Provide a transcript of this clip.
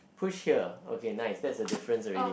push here okay nice that's the difference already